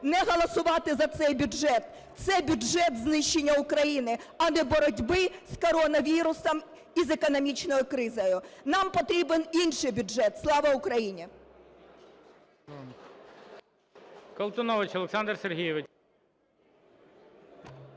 не голосувати за цей бюджет. Це бюджет знищення України, а не боротьби з коронавірусом і з економічною кризою. Нам потрібен інший бюджет. Слава Україні!